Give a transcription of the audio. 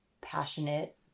passionate